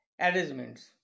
arrangements